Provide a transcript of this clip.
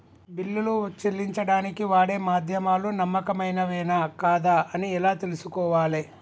బిల్లులు చెల్లించడానికి వాడే మాధ్యమాలు నమ్మకమైనవేనా కాదా అని ఎలా తెలుసుకోవాలే?